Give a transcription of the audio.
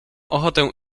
ochotę